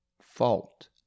fault